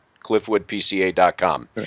cliffwoodpca.com